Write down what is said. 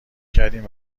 کردیم